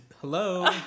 hello